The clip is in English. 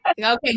Okay